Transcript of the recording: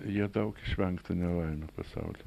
jie daug išvengtų nelaimių pasauly